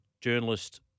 journalist